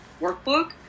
workbook